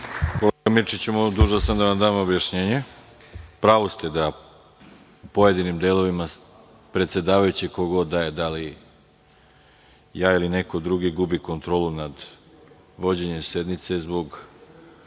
Kolega Mirčiću, dužan sam da vam dam objašnjenje. U pravu ste da u pojedinim delovima predsedavajući, ko god da je, da li ja ili neko drugi, gubi kontrolu nad vođenjem sednice zbog